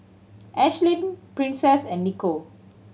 Ashlyn Princess and Nico